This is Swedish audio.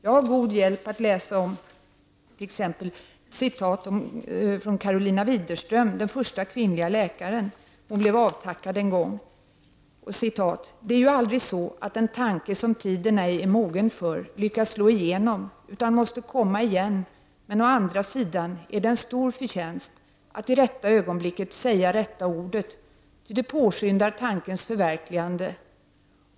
Jag har god hjälp av att läsa t.ex. ett citat om Karolina Widerström, den första kvinnliga läkaren, när hon en gång blev avtackad: ”Det är ju aldrig så att en tanke som tiden ej är mogen för lyckas slå igenom utan måste komma igen men å andra sidan är det en stor förtjänst att i rätta ögonblicket säga rätta ordet ty det påskyndar tankens förverkligande.